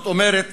זאת אומרת,